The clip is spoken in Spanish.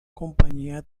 compañía